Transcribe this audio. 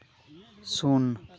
ᱥᱩᱱ